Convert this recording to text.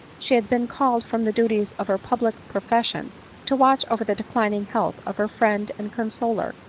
she had been called from the duties of her public pro fession to watch over the declining health of her friend and consoler,